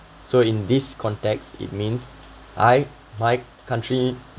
so in this context it means I my country